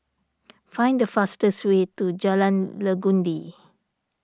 find the fastest way to Jalan Legundi